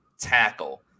tackle